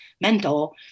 mental